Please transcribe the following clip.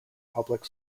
public